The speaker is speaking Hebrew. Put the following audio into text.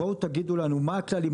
בואו תגידו לנו מה הכללים,